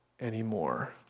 anymore